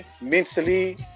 mentally